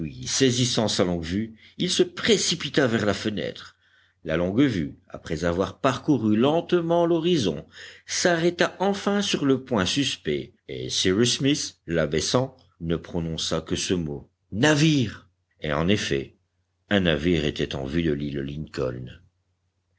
saisissant sa longue-vue il se précipita vers la fenêtre la longue-vue après avoir parcouru lentement l'horizon s'arrêta enfin sur le point suspect et cyrus smith l'abaissant ne prononça que ce mot navire et en effet un navire était en vue de l'île lincoln